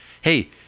Hey